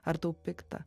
ar tau pikta